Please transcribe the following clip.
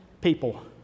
people